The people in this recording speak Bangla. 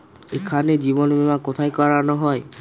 এখানে জীবন বীমা কোথায় করানো হয়?